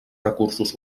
recursos